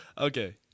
okay